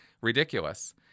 ridiculous